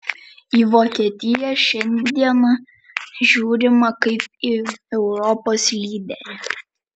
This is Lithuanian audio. į vokietiją šiandieną žiūrima kaip į europos lyderę